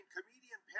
Comedian